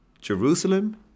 Jerusalem